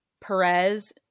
Perez